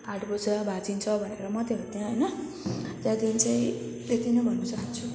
हात खुट्टा भाँचिन्छ भनेर मात्र हो त्यहाँ होइन त्यहाँदेखि चाहिँ त्यति नै भन्नु चाहन्छु